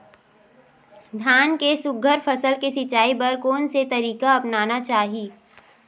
धान के सुघ्घर फसल के सिचाई बर कोन से तरीका अपनाना चाहि?